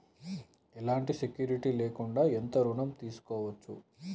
ఎలాంటి సెక్యూరిటీ లేకుండా ఎంత ఋణం తీసుకోవచ్చు?